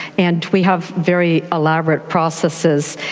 and we have very elaborate processes,